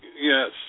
Yes